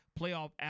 playoff